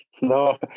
no